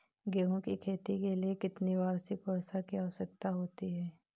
गेहूँ की खेती के लिए कितनी वार्षिक वर्षा की आवश्यकता होती है?